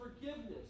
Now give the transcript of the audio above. forgiveness